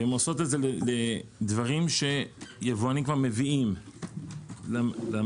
ועושות את זה לדברים שיבואנים כבר מביאים למדינה.